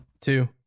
two